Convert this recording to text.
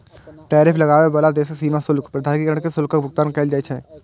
tariff लगाबै बला देशक सीमा शुल्क प्राधिकरण कें शुल्कक भुगतान कैल जाइ छै